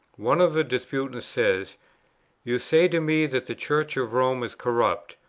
one of the disputants says you say to me that the church of rome is corrupt.